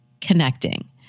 connecting